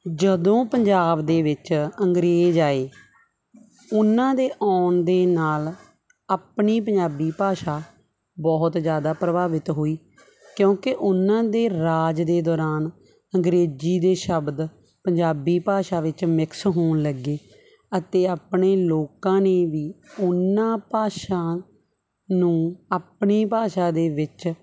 ਜਦੋਂ ਪੰਜਾਬ ਦੇ ਵਿੱਚ ਅੰਗਰੇਜ਼ ਆਏ ਉਹਨਾਂ ਦੇ ਆਉਣ ਦੇ ਨਾਲ ਆਪਣੇ ਪੰਜਾਬੀ ਭਾਸ਼ਾ ਬਹੁਤ ਜ਼ਿਆਦਾ ਪ੍ਰਭਾਵਿਤ ਹੋਈ ਕਿਉਂਕਿ ਉਹਨਾਂ ਦੇ ਰਾਜ ਦੇ ਦੌਰਾਨ ਅੰਗਰੇਜ਼ੀ ਦੇ ਸ਼ਬਦ ਪੰਜਾਬੀ ਭਾਸ਼ਾ ਵਿੱਚ ਮਿਕਸ ਹੋਣ ਲੱਗੇ ਅਤੇ ਆਪਣੇ ਲੋਕਾਂ ਨੇ ਵੀ ਉਹਨਾਂ ਭਾਸ਼ਾ ਨੂੰ ਆਪਣੀ ਭਾਸ਼ਾ ਦੇ ਵਿੱਚ